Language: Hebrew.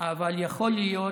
אבל יכול להיות